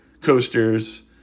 coasters